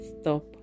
stop